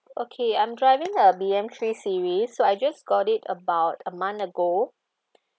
okay I'm driving a B_M three series so I just got it about a month ago